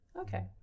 Okay